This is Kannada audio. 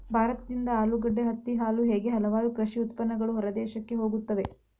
ಭಾರತದಿಂದ ಆಲೂಗಡ್ಡೆ, ಹತ್ತಿ, ಹಾಲು ಹೇಗೆ ಹಲವಾರು ಕೃಷಿ ಉತ್ಪನ್ನಗಳು ಹೊರದೇಶಕ್ಕೆ ಹೋಗುತ್ತವೆ